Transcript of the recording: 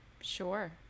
Sure